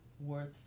Worth